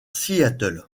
seattle